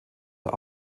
für